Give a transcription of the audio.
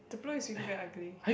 the blue is really very ugly